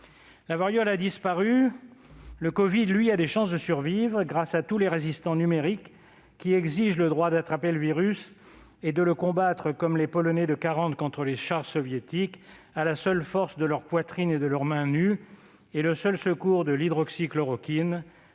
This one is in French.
La variole a disparu ; la covid-19, elle, a des chances de survivre grâce à tous les résistants numériques, qui exigent le droit d'attraper le virus et de le combattre, comme les Polonais de 1940 contre les chars soviétiques, à la seule force de leurs poitrines et de leurs mains nues, et avec le seul secours de l'hydroxychloroquine,